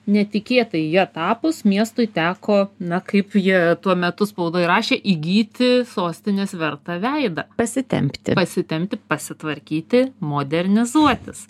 netikėtai ja tapus miestui teko na kaip jie tuo metu spaudoj rašė įgyti sostinės vertą veidą pasitempti pasitempti pasitvarkyti modernizuotis